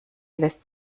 lässt